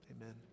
Amen